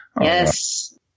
yes